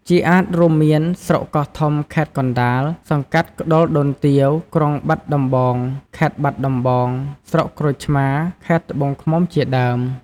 ជាអាទិ៍រួមមាន ស្រុកកោះធំ ខេត្តកណ្តាល សង្កាត់ក្តុលដូនទាវ ក្រុងបាត់ដំបង (ខេត្តបាត់ដំបង) ស្រុកក្រូចឆ្មារ ខេត្តត្បូងឃ្មុំ ជាដើម។